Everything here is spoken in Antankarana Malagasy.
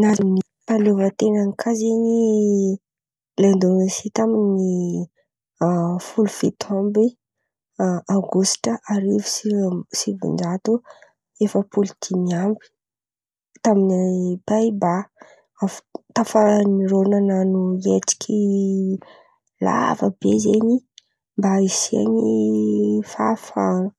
Nahazo ny fahaleovan-tenan̈y kà zen̈y l'indônezia tamin'ny a folo fito amby a aogositra arivo sy sivim- sivin-jato efapolo dimy amby tamin'ny Paibà. Af- tafa rô nan̈ano hetsiky lava be zen̈y mba hisian'ny fahafahana.